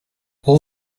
all